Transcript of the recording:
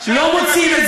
לא מוצאים את